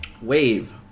Wave